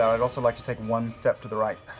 yeah i'd also like to take one step to the right.